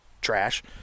trash